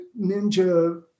ninja